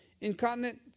incontinent